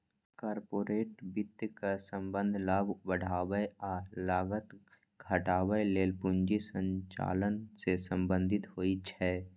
corporate वित्तक संबंध लाभ बढ़ाबै आ लागत घटाबै लेल पूंजी संचालन सं संबंधित होइ छै